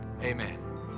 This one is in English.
Amen